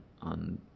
on